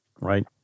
right